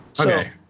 Okay